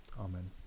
Amen